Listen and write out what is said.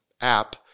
app